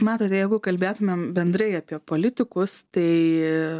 matote jeigu kalbėtumėm bendrai apie politikus tai